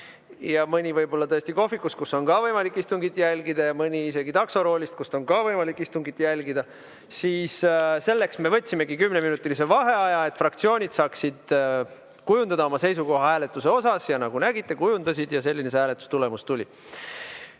Mõni võib olla tõesti kohvikus, kus on samuti võimalik istungit jälgida, ja mõni isegi taksoroolist, kust on ka võimalik istungit jälgida. Selleks me võtsimegi kümneminutilise vaheaja, et fraktsioonid saaksid kujundada oma seisukoha hääletuse suhtes. Ja nagu te nägite, kujundasidki. Selline see hääletustulemus tuli.